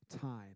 time